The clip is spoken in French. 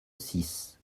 six